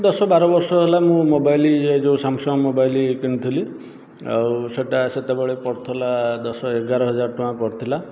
ଦଶ ବାର ବର୍ଷ ହେଲା ମୁଁ ମୋବାଇଲ୍ ଏ ଯେଉଁ ସ୍ୟାମସଙ୍ଗ୍ ମୋବାଇଲ୍ କିଣିଥିଲି ଆଉ ସେଇଟା ସେତେବେଳେ ପଡ଼ିଥିଲା ଦଶ ଏଗାର ହଜାର ଟଙ୍କା ପଡ଼ିଥିଲା